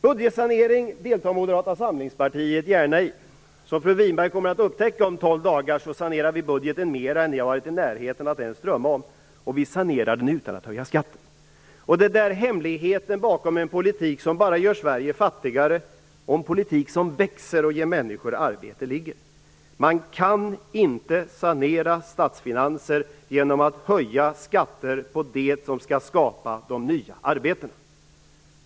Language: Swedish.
Moderata samlingspartiet deltar gärna i budgetsanering. Som fru Winberg kommer att upptäcka om tolv dagar sanerar vi budgeten mer än ni har varit i närheten av att ens drömma om. Och vi sanerar den utan att höja skatten! Det är där hemligheten och skillnaden ligger bakom en politik som bara gör Sverige fattigare, och en politik som växer och ger människor arbete. Man kan inte sanera statsfinanser genom att höja skatter på det som skall skapa de nya arbetena.